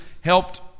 helped